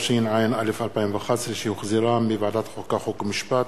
התשע"א 2011, שהחזירה ועדת החוקה, חוק ומשפט.